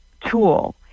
tool